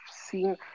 seen